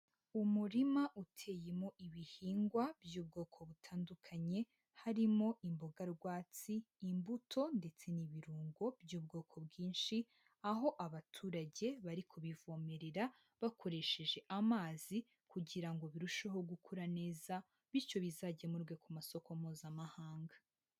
Umurima uteyemo ibihingwa by'ubwoko butandukanye, harimo imboga rwatsi, imbuto ndetse n'ibirungo by'ubwoko bwinshi, aho abaturage bari kubivomerera bakoresheje amazi kugira ngo birusheho gukura neza bityo bizagemurwe ku masoko Mpuzamahanga.